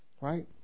Right